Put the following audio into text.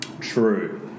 True